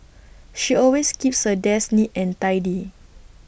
she always keeps her desk neat and tidy